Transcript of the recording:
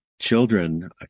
children